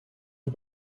his